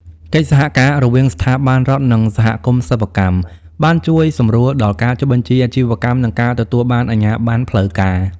កិច្ចសហការរវាងស្ថាប័នរដ្ឋ និងសហគមន៍សិប្បកម្ម បានជួយសម្រួលដល់ការចុះបញ្ជីអាជីវកម្ម និងការទទួលបានអាជ្ញាបណ្ណផ្លូវការ។